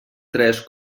tres